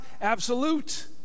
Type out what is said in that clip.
absolute